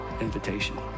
invitation